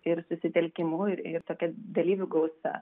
ir susitelkimu ir tokia dalyvių gausa